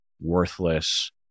worthless